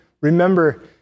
remember